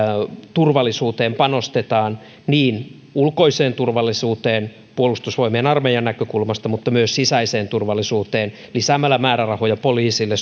turvallisuuteen panostetaan niin ulkoiseen turvallisuuteen puolustusvoimien armeijan näkökulmasta kuin myös sisäiseen turvallisuuteen lisäämällä määrärahoja poliisille